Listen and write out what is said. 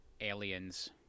aliens